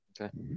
Okay